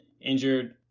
injured